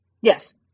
Yes